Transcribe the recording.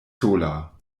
sola